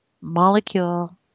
molecule